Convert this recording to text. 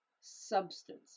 substance